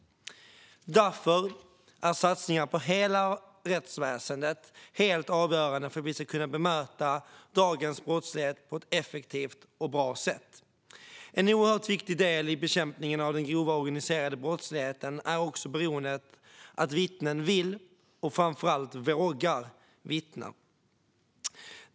Därför är satsningar på hela rättsväsendet helt avgörande för att vi ska kunna bemöta dagens brottslighet på ett bra och effektivt sätt. En oerhört viktig del i bekämpningen av den grova organiserade brottsligheten är att vittnen vill och framför allt vågar medverka i rättsprocesserna.